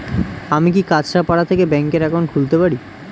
আমি কি কাছরাপাড়া থেকে ব্যাংকের একাউন্ট খুলতে পারি?